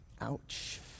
Ouch